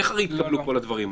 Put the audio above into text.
איך הרי התקבלו כל הדברים האלה?